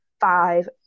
five